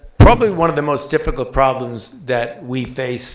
probably one of the most difficult problems that we face